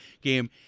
game